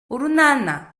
urunana